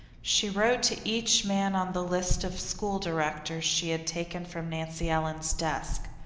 she wrote to each man on the list of school directors she had taken from nancy ellen's desk.